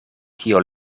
kio